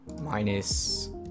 minus